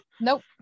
nope